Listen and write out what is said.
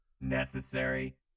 Necessary